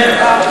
כן.